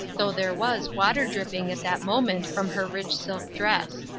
though there was water dripping at that moment from her rich silk dress.